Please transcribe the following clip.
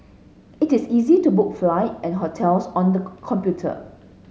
it is easy to book flight and hotels on the computer